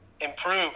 improve